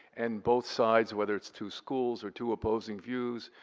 and both sides, whether it's two schools, or two opposing views,